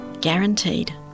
guaranteed